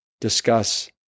discuss